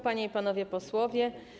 Panie i Panowie Posłowie!